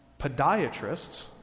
podiatrists